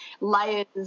layers